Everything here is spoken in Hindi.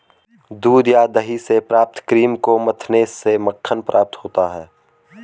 दूध या दही से प्राप्त क्रीम को मथने से मक्खन प्राप्त होता है?